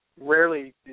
rarely